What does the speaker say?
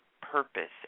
purpose